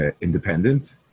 independent